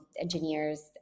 engineers